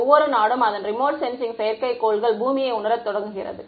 ஒவ்வொரு நாடும் அதன் ரிமோட் சென்சிங் செயற்கைக்கோள்கள் பூமியை உணர தொடங்குகிறது